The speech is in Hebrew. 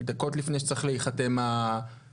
דקות לפני שצריך להיחתם בעניין,